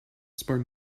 smart